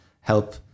help